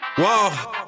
whoa